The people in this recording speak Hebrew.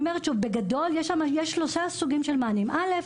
בגדול יש שלושה סוגים של מענים: אחד,